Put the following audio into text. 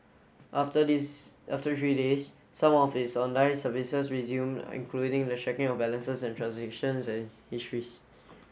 after this after three days some of its online services resumed including the checking of balances and transaction histories